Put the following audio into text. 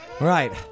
Right